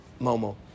Momo